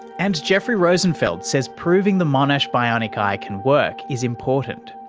and jeffrey rosenfeld says proving the monash bionic eye can work is important,